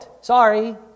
Sorry